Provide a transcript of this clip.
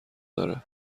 داره